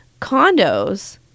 condos